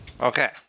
Okay